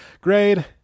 grade